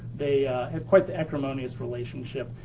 they had quite the acrimonious relationship.